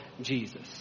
Jesus